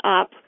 up